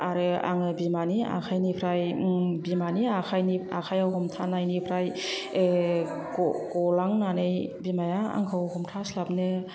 आरो आङो बिमानि आखायनिफ्राय बिमानि आखायाव हमथानायनिफ्राय गलांनानै बिमाया आंखौ हमथास्लाबनो